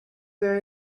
very